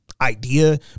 idea